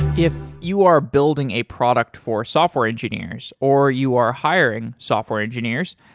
if you are building a product for software engineers, or you are hiring software engineers,